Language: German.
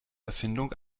erfindung